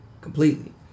completely